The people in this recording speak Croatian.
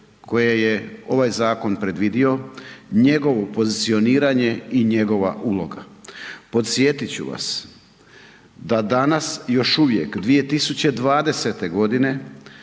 koje je ovaj zakon predvidio, njegovo pozicioniranje i njegova uloga. Podsjetit ću vas da danas još uvijek 2020. godine